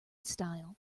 style